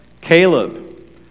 Caleb